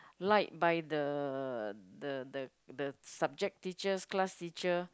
like by the the the the subject teachers class teacher